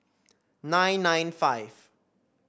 nine nine five